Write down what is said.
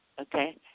okay